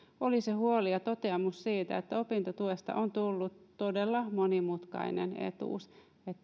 huoli ja toteamus että että opintotuesta on tullut todella monimutkainen etuus